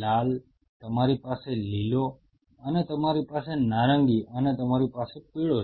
લાલ તમારી પાસે લીલો અને તમારી પાસે નારંગી અને તમારી પાસે પીળો છે